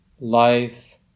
life